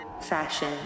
fashion